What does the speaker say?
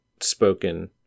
spoken